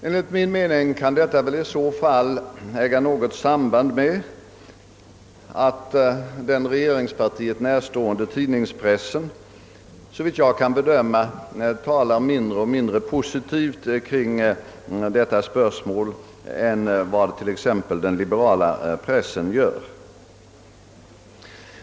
Enligt min mening kan detta i så fall äga något samband med att den regeringspartiet närstående tidningspressen såvitt jag kan bedöma talar mindre positivt om detta spörsmål än vad t.ex. den liberala pressen gör.